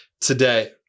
today